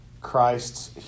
Christ's